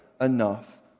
enough